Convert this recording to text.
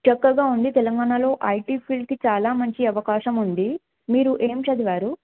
చక్కగా ఉంది తెలంగాణలో ఐటీ ఫీల్డ్కి చాలా మంచి అవకాశం ఉంది మీరు ఏమి చదివారు